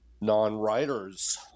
non-writers